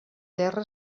terra